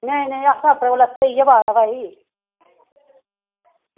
नेईंं नेईं असें अपने कोला स्हेई गै पाए दा भाई